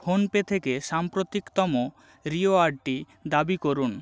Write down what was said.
PhonePe থেকে সাম্প্রতিকতম রিওয়ার্ডটি দাবি করুন